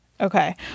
Okay